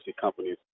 companies